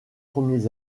premiers